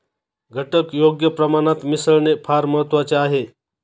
घटक योग्य प्रमाणात मिसळणे फार महत्वाचे आहे